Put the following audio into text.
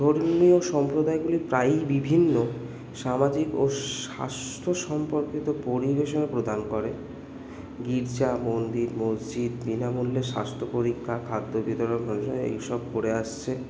ধর্মীয় সম্প্রদায়গুলি প্রায়ই বিভিন্ন সামাজিক ও স্বাস্থ্য সম্পর্কিত পরিবেশনা প্রদান করে গির্জা মন্দির মসজিদ বিনামূল্যে স্বাস্থ্য পরীক্ষা খাদ্য বিতরণ ওইখানে এইসব করে আসছে